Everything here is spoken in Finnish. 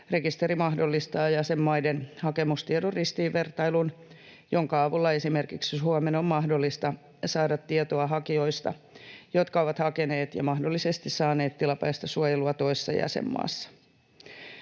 Rekisteri mahdollistaa jäsenmaiden hakemustiedon ristiinvertailun, jonka avulla esimerkiksi Suomen on mahdollista saada tietoa hakijoista, jotka ovat hakeneet ja mahdollisesti saaneet tilapäistä suojelua toisessa jäsenmaassa.